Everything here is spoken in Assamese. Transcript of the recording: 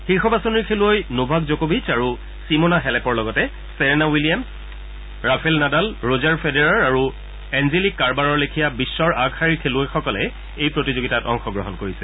শীৰ্ষ বাছনিৰ খেলুৱৈ নোভাক জকভিচ আৰু ছিমনা হেলেপৰ লগতে Serena Williams Rafael Nadal Roger Federer আৰু এঞ্জেলিক কাৰবাৰৰ লেখিয়া বিশ্বৰ আগশাৰীৰ খেলুৱৈসকলে এই প্ৰতিযোগিতাত অংশগ্ৰহণ কৰিছে